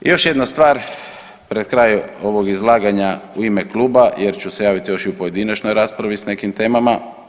Još jedna stvar pred kraj ovog izlaganja u ime kluba jer ću se javiti još i u pojedinačnoj raspravi s nekim temama.